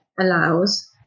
allows